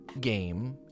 game